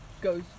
goes